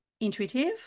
intuitive